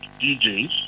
DJs